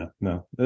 no